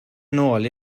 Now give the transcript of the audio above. nol